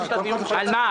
על מה?